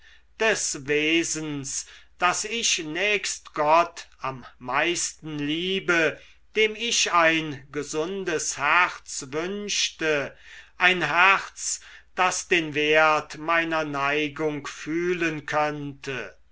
des wesens das ich nächst gott am meisten liebe dem ich ein gesundes herz wünschte ein herz das den wert meiner neigung fühlen könnte